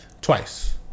twice